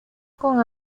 con